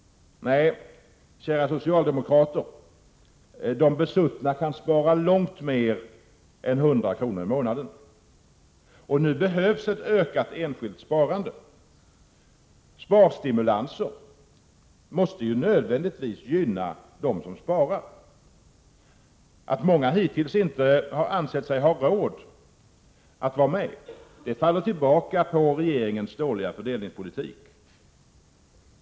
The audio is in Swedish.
Nej, kära socialdemokrater, de besuttna kan spara långt mer än 100 kr. i månaden. Nu behövs ett ökat enskilt sparande. Sparstimulanser måste nödvändigtvis gynna dem som sparar. Att många hittills inte ansett sig ha råd att vara med faller tillbaka på regeringens dåliga fördelningspolitik.